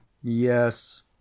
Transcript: yes